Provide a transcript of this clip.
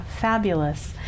fabulous